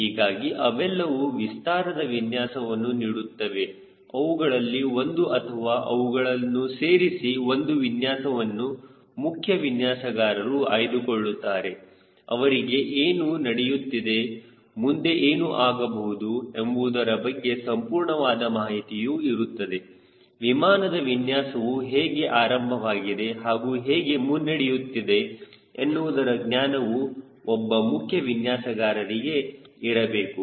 ಹೀಗಾಗಿ ಅವೆಲ್ಲವೂ ವಿಸ್ತಾರದ ವಿನ್ಯಾಸವನ್ನು ನೀಡುತ್ತವೆ ಅವುಗಳಲ್ಲಿ ಒಂದು ಅಥವಾ ಅವುಗಳನ್ನು ಸೇರಿಸಿ ಒಂದು ವಿನ್ಯಾಸವನ್ನು ಮುಖ್ಯ ವಿನ್ಯಾಸಗಾರರು ಆಯ್ದುಕೊಳ್ಳುತ್ತಾರೆ ಅವರಿಗೆ ಏನು ನಡೆಯುತ್ತಿದೆ ಮುಂದೆ ಏನು ಆಗಬಹುದು ಎಂಬುದರ ಬಗ್ಗೆ ಸಂಪೂರ್ಣವಾದ ಮಾಹಿತಿಯೂ ಇರುತ್ತದೆ ವಿಮಾನದ ವಿನ್ಯಾಸವು ಹೇಗೆ ಆರಂಭವಾಗಿದೆ ಹಾಗೂ ಹೇಗೆ ಮುನ್ನಡೆಯುತ್ತಿದೆ ಎನ್ನುವುದರ ಜ್ಞಾನವು ಒಬ್ಬ ಮುಖ್ಯ ವಿನ್ಯಾಸಗಾರರಿಗೆ ಇರಬೇಕು